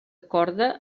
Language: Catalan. corda